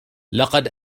لقد